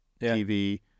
TV